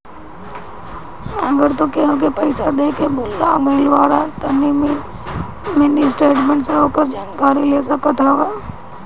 अगर तू केहू के पईसा देके भूला गईल बाड़ऽ तअ मिनी स्टेटमेंट से ओकर जानकारी ले सकत हवअ